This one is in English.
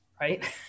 right